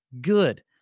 good